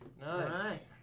nice